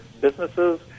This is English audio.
businesses